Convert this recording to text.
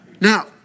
Now